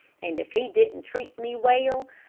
and if he didn't treat me well,